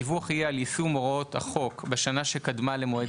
הדיווח יהיה על יישום הוראות החוק בשנה שקדמה למועד